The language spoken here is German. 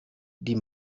die